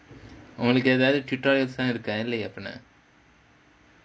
உங்களுக்கு ஏதாவது:ungalukku edhaavathu tutorials லாம் இருக்கா இல்லையா அப்போனா:laam irukkaa illaiyaa apponaa